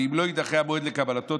ואם לא יידחה המועד לקבלתו,